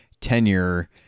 tenure